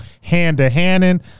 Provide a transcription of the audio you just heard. hand-to-handing